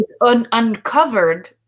uncovered